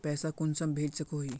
पैसा कुंसम भेज सकोही?